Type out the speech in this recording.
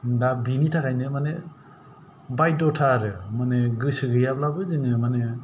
दा बिनि थाखायनो माने बायध्दथा आरो माने गोसो गैयाब्लाबो जोङो माने